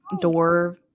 door